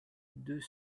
deux